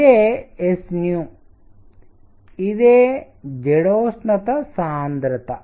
ఇదే s ఇదే జడోష్ణత సాంద్రత